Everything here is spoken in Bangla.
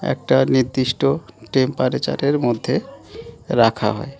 একটা নির্দিষ্ট টেম্পারেচারের মধ্যে রাখা হয়